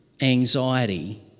anxiety